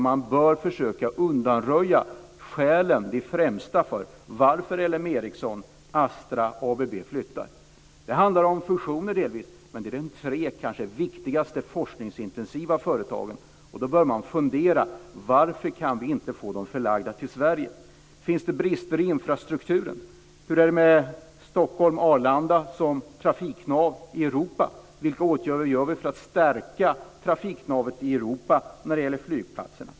Man bör försöka undanröja de främsta skälen till att LM Ericsson, Astra och ABB flyttar. Det handlar delvis om fusioner. Men det här är de kanske tre viktigaste forskningsintensiva företagen, och då bör man fundera över varför man inte kan få dem förlagda till Sverige. Finns det brister i infrastrukturen? Hur är det med Stockholm-Arlanda som trafiknav i Europa? Vilka åtgärder vidtar vi för att stärka trafiknavet i Europa när det gäller flygplatserna?